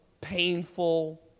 painful